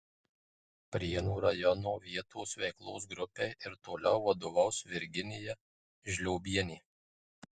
prienų rajono vietos veiklos grupei ir toliau vadovaus virginija žliobienė